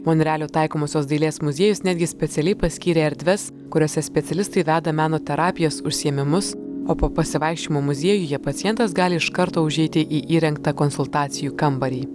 monrealio taikomosios dailės muziejus netgi specialiai paskyrė erdves kuriose specialistai veda meno terapijos užsiėmimus o po pasivaikščiojimo muziejuje pacientas gali iš karto užeiti į įrengtą konsultacijų kambarį